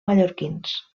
mallorquins